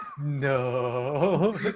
No